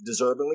Deservingly